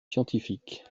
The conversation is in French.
scientifique